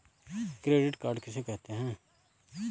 Credit card किसे कहते हैं?